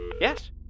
Yes